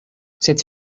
sed